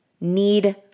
need